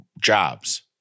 jobs